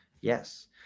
yes